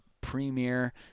premiere